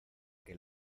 que